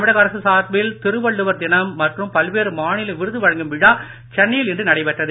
தமிழக அரசு சார்பில் திருவள்ளுவர் தினம் மற்றும் பல்வேறு மாநில விருது வழங்கும் விழா சென்னையில் இன்று நடைபெற்றது